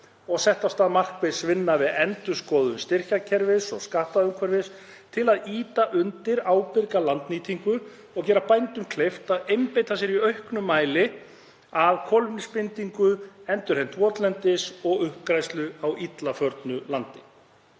og sett af stað markviss vinna við endurskoðun styrkjakerfis og skattumhverfis til að ýta undir ábyrga landnýtingu og gera bændum kleift að einbeita sér í auknum mæli að kolefnisbindingu, endurheimt votlendis og uppgræðslu á illa förnu landi.